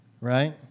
right